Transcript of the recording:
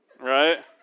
right